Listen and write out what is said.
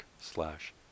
slash